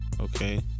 Okay